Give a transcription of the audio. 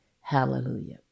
Hallelujah